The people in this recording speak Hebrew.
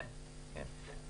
כן, כן.